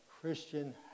Christian